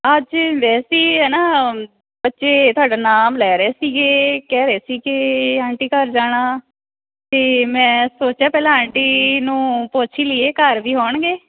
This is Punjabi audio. ਅੱਜ ਵੈਸੇ ਹੀ ਹੈ ਨਾ ਬੱਚੇ ਤੁਹਾਡਾ ਨਾਮ ਲੈ ਰਹੇ ਸੀਗੇ ਕਹਿ ਰਹੇ ਸੀ ਕਿ ਆਂਟੀ ਘਰ ਜਾਣਾ ਅਤੇ ਮੈਂ ਸੋਚਿਆ ਪਹਿਲਾਂ ਆਂਟੀ ਨੂੰ ਪੁੱਛ ਹੀ ਲਈਏ ਘਰ ਵੀ ਹੋਣਗੇ